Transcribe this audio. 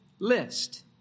list